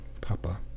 Papa